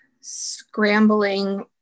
scrambling